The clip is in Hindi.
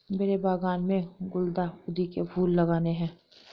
मेरे बागान में गुलदाउदी के फूल लगाने हैं